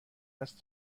است